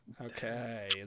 Okay